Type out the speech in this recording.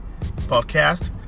podcast